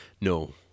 No